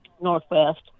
northwest